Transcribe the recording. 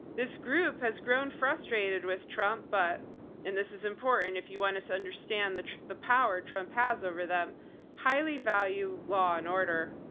this group has grown frustrated with trump, but and this is important if you want to understand that the power trump has over them highly value law and order.